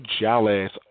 jealous